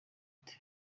ati